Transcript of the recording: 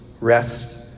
rest